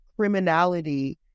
Criminality